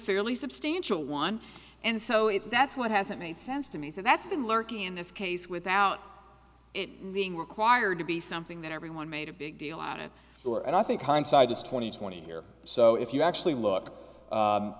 fairly substantial one and so if that's what hasn't made sense to me so that's been lurking in this case without it being required to be something that everyone made a big deal on it and i think hindsight is twenty twenty year so if you actually look